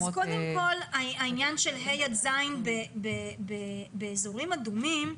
אז קודם כל העניין של ה' עד ז' באזורים אדומים,